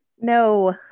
No